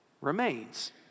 remains